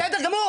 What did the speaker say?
בסדר גמור,